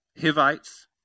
Hivites